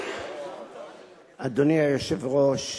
אדוני היושב-ראש,